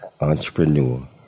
entrepreneur